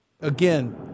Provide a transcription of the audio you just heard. again